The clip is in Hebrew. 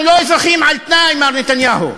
אנחנו לא אזרחים על-תנאי, מר נתניהו,